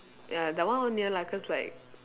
ya that one only lah cause like